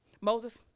Moses